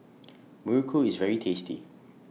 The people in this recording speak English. Muruku IS very tasty